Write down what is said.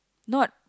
not